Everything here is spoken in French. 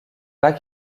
pas